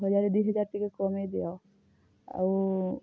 ହଜାରେ ଦି ହଜାର୍ ଟିକେ କମେଇଦିଅ ଆଉ